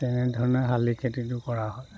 তেনেধৰণে শালি খেতিটো কৰা হয়